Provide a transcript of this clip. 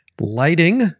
lighting